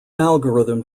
algorithm